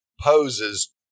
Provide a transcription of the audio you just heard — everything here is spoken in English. poses